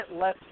less